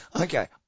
Okay